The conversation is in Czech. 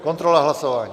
Kontrola hlasování...